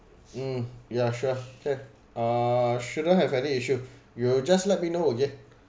mm yeah sure K uh shouldn't have any issue you just let me know again